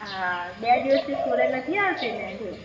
હા બે દિવસથી સ્કૂલે નથી આવતી ને એટલે